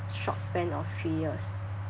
short span of three years